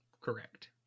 correct